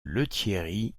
lethierry